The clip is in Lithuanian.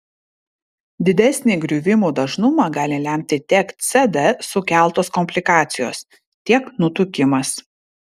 didesnį griuvimų dažnumą gali lemti tiek cd sukeltos komplikacijos tiek nutukimas